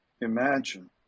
imagine